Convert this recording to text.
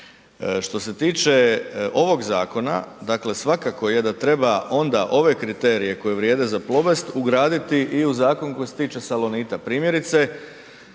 Što se tiče ovog zakona, dakle svakako je da treba onda ove kriterije koji vrijede za Plobest ugraditi i za zakon koji se tiče salonita. Primjerice